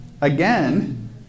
again